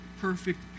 perfect